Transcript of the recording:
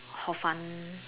hor-fun